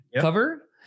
cover